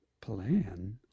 Plan